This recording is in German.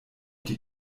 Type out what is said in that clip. die